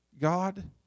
God